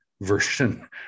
version